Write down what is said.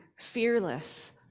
fearless